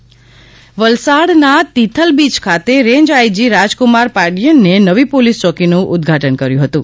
Tithal beach વલસાડના Tithal beach ખાતે range I G Rajkumar પાડથીનને નવી પોલીસ ચોકીનું ઉદ્દઘાટન કર્યું હતું